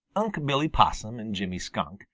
unc' billy possum and jimmy skunk,